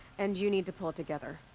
and you need to pull it together.